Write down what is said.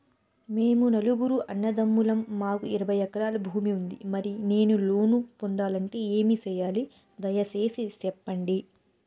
మేము నలుగురు అన్నదమ్ములం మాకు ఇరవై ఎకరాల భూమి ఉంది, మరి నేను లోను పొందాలంటే ఏమి సెయ్యాలి? దయసేసి సెప్పండి?